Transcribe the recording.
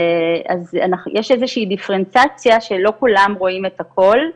אז יש איזה שהיא דיפרנציאציה שלא כולם רואים את הכול.